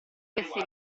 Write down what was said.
avesse